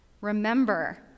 Remember